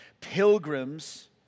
pilgrims